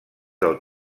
del